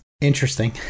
interesting